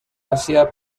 asia